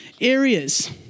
areas